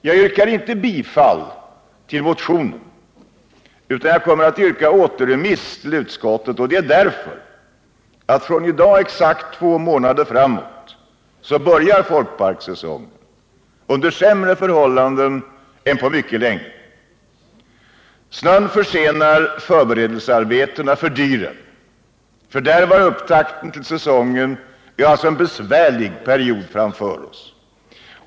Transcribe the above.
Jag yrkar inte bifall till motionen, utan jag kommer att yrka återremiss till utskottet, och det därför att i dag om exakt två månader börjar folkparkssäsongen — under sämre förhållanden än på mycket länge. Snön försenar och fördyrar förberedelsearbetena och fördärvar upptakten till säsongen. Vi har alltså en besvärlig period framför oss.